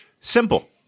Simple